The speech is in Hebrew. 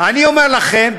אני אומר לכם,